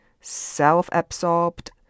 self-absorbed